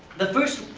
the first